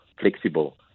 flexible